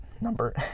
number